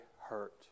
hurt